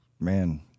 Man